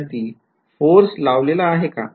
विध्यार्थी फोर्स लावलेले आहे का